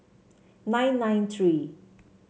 nine nine three